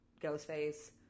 ghostface